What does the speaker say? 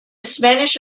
spanish